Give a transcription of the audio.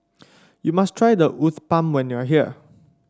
you must try Uthapam when you are here